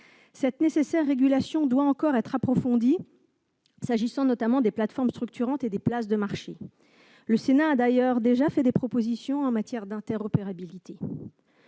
Cette nécessaire régulation doit encore être approfondie, s'agissant notamment des plateformes structurantes et des places de marché. Le Sénat a d'ailleurs déjà fait des propositions en matière d'interopérabilité.